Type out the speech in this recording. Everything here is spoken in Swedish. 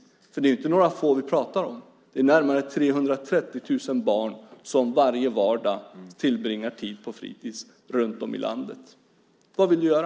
Vi pratar inte om några få; det är närmare 330 000 barn som varje vardag tillbringar tid på fritids runtom i landet. Vad vill du göra?